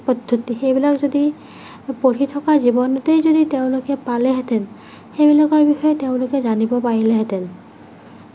পদ্ধতি সেইবিলাক যদি পঢ়ি থকা জীৱনতেই যদি তেওঁলোকে পালেহেঁতেন সেইবিলাকৰ বিষয়ে তেওঁলোকে জানিব পাৰিলেহেঁতেন